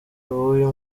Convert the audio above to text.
b’uyu